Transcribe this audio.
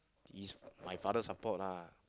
is my father support lah